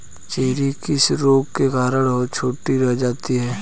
Cherry किस रोग के कारण छोटी रह जाती है?